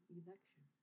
election